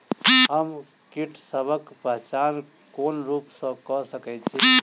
हम कीटसबक पहचान कोन रूप सँ क सके छी?